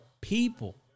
people